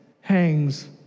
hangs